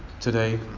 today